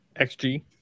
xg